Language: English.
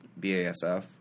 BASF